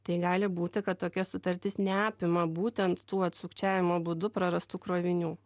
tai gali būti kad tokia sutartis neapima būtent tų vat sukčiavimo būdu prarastų krovinių